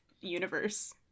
universe